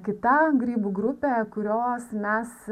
kita grybų grupė kurios mes